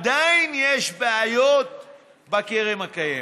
עדיין יש בעיות בקרן הקיימת.